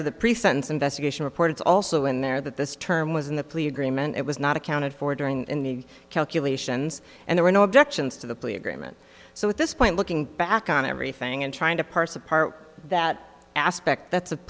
to the pre sentence investigation report it's also in there that this term was in the plea agreement it was not accounted for during in the calculations and there were no objections to the plea agreement so at this point looking back on everything and trying to parse apart that aspect that's a